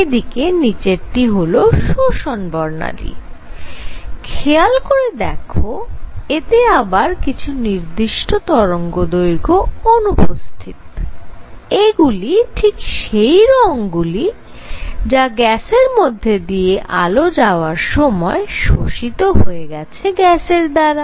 এদিকে নিচেরটি হল শোষণ বর্ণালী খেয়াল করে দেখো এতে আবার কিছু নির্দিষ্ট তরঙ্গদৈর্ঘ্য অনুপস্থিত এগুলি ঠিক সেই রঙগুলির যা গ্যাসের মধ্যে দিয়ে আলো যাওয়ার সময় শোষিত হয়ে গেছে গ্যাসের দ্বারা